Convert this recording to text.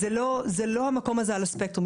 זה לא המקום הזה על הספקטרום.